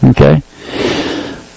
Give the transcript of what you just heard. Okay